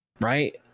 right